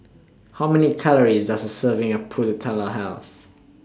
How Many Calories Does A Serving of Pulut Health